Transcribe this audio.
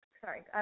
Sorry